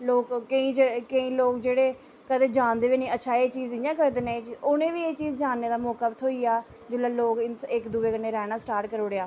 लोक केईं जेह्ड़े केईं लोक जेह्ड़े कदें जानदे बी नेईं हे अच्छा एह् चीज इ'यां करदे न एह चीज उ'नेंगी बी एह् चीज जानने दा मौका थ्होई गेआ जिसलै लोक इक दूए कन्नै रैह्ना स्टार्ट करी ओड़ेआ